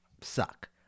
suck